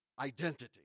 identity